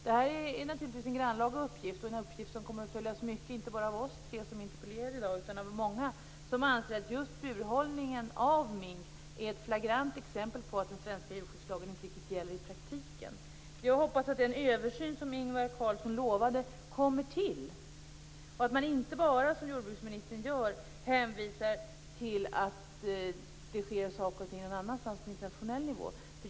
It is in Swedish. Det är naturligtvis en grannlaga uppgift och en uppgift som kommer att följas mycket inte bara av oss tre som interpellerar i dag utan av många som anser att just burhållningen av mink är ett flagrant exempel på att den svenska djurskyddslagen inte riktigt gäller i praktiken. Jag hoppas att den översyn som Ingvar Carlsson lovade kommer till och att man inte bara, som jordbruksministern gör, hänvisar till att det sker saker på internationell nivå.